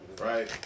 Right